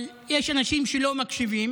אבל יש אנשים שלא מקשיבים.